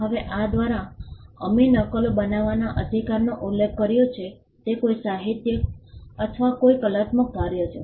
હવે આ દ્વારા અમે નકલો બનાવવાના અધિકારનો ઉલ્લેખ કર્યો છે તે કોઈ સાહિત્યિક અથવા કોઈ કલાત્મક કાર્ય છે